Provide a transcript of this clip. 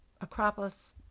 Acropolis